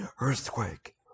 earthquake